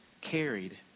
carried